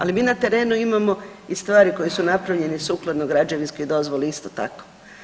Ali mi na terenu imamo i stvari koje su napravljene sukladno građevinskoj dozvoli isto tako.